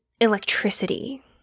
electricity